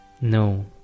No